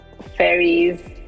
fairies